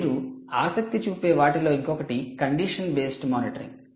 మీరు ఆసక్తి చూపే వాటిలో ఇంకొకటి కండిషన్ బేస్డ్ మానిటరింగ్